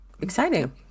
Exciting